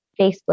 Facebook